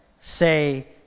say